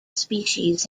species